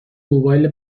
موبایل